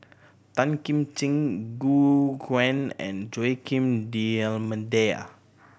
Tan Kim Ching Gu Juan and Joaquim D'Almeida